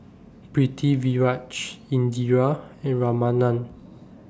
Pritiviraj Indira and Ramanand